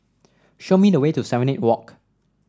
show me the way to Serenade Walk